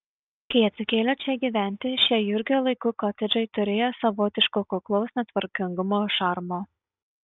kai atsikėlė čia gyventi šie jurgio laikų kotedžai turėjo savotiško kuklaus netvarkingumo šarmo